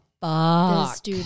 fuck